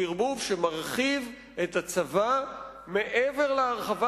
הוא ערבוב שמרחיב את הצבא מעבר להרחבה